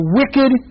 wicked